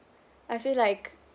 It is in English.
I feel like